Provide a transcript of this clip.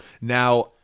Now